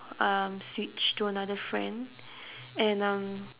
um switch to another friend and um